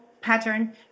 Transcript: pattern